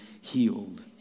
healed